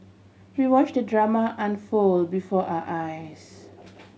we watch the drama unfold before our eyes